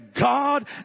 God